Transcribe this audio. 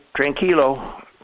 tranquilo